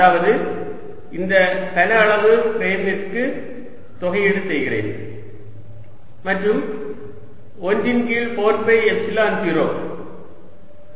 அதாவது இந்த கன அளவு பிரைமிக்கு தொகையீடு செய்கிறேன் மற்றும் 1 ன் கீழ் 4 பை எப்சிலான் 0